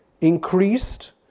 increased